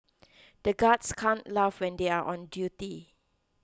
the guards can't laugh when they are on duty